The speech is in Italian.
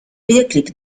videoclip